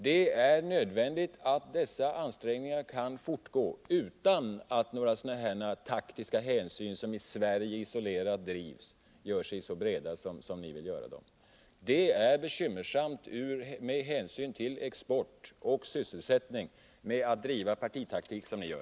Det är nödvändigt att dessa ansträngningar kan fortgå utan att några sådana här taktiska hänsyn, som drivs isolerat i Sverige, får göra sig breda på det sätt som ni vill. Det är bekymmersamt med hänsyn till export och sysselsättning att driva partitaktik som ni gör.